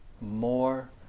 more